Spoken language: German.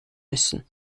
müssen